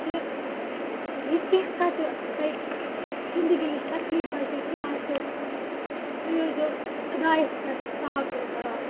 کہِ یہِ کیٚنژاہ تہِ تۄہہِ زندگی منٛز تکلیٖف آسیو کیٚنہہ آسیو تُہۍ ٲسۍزیو خۄدایَس پٮ۪ٹھ تَوَکُل کران